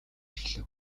эхлэв